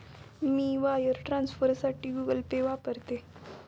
मी wire ट्रान्सफरसाठी Google Pay वापरते